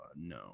No